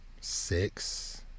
six